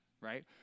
right